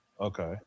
Okay